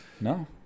no